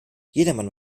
jedermann